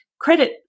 credit